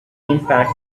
impact